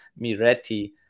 Miretti